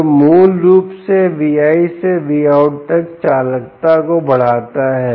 जो मूल रूप से V¿ से Vout तक चालकता को बढ़ाता है